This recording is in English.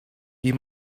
you